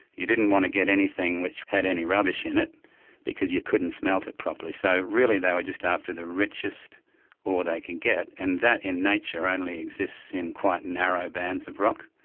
you didn't want to get anything that had any rubbish in it because you couldn't smelt it properly, so really they were just after the richest ore they could get. and that, in nature, only exists in quite narrow bands of rock.